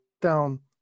down